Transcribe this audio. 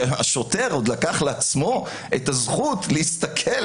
כי השוטר עוד לקח לעצמו את הזכות להסתכל,